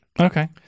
Okay